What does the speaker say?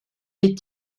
des